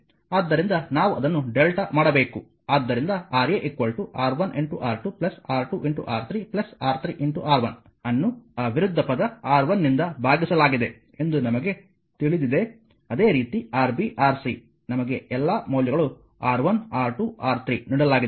ಆದ್ದರಿಂದ ನಾವು ಅದನ್ನು Δ ಮಾಡಬೇಕು ಆದ್ದರಿಂದ Ra R1R2 R2R3 R3R1 ಅನ್ನು ಆ ವಿರುದ್ಧ ಪದ R1 ನಿಂದ ಭಾಗಿಸಲಾಗಿದೆ ಎಂದು ನಮಗೆ ತಿಳಿದಿದೆ ಅದೇ ರೀತಿ Rb Rc ನಮಗೆ ಎಲ್ಲಾ ಮೌಲ್ಯಗಳು R1 R2 R3 ನೀಡಲಾಗಿದೆ